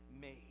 made